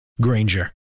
Granger